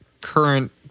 current